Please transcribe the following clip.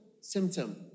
symptom